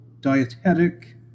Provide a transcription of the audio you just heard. dietetic